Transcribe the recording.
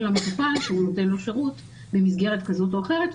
למטופל כשהוא נותן לו שירות במסגרת כזאת או אחרת.